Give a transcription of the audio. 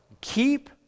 Keep